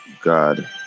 God